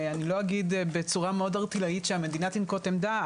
אני לא אגיד בצורה מאוד ערטילאית שהמדינה תנקוט עמדה,